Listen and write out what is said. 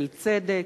של צדק,